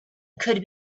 could